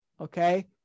okay